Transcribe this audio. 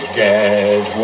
get